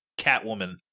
Catwoman